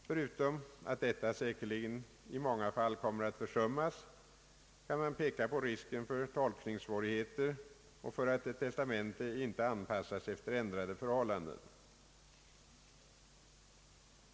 Förutom att detta säkerligen i många fall kommer att försummas, kan man peka på risken för tolkningssvårigheter och för att ett testamente inte anpassas efter ändrade förhållanden.